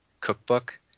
cookbook